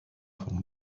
von